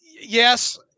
yes